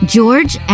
George